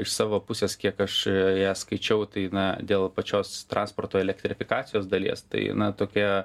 iš savo pusės kiek aš ją skaičiau tai na dėl pačios transporto elektrifikacijos dalies tai na tokia